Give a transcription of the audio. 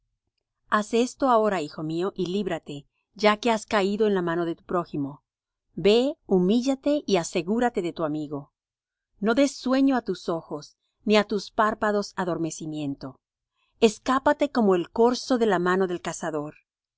haz esto ahora hijo mío y líbrate ya que has caído en la mano de tu prójimo ve humíllate y asegúrate de tu amigo no des sueño á tus ojos ni á tus párpados adormecimiento escápate como el corzo de la mano del cazador